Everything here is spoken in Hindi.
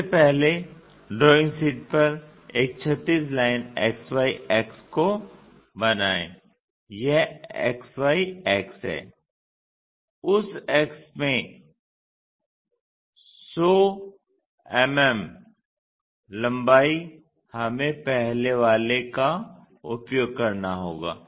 सबसे पहले ड्राइंग शीट पर एक क्षैतिज लाइन XY अक्ष को बनायें यह XY अक्ष है उस अक्ष में 100 mm लंबा हमें पहले वाले का उपयोग करना होगा